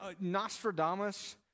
Nostradamus